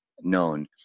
known